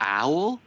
owl